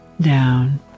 down